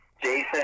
Jason